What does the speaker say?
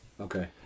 Okay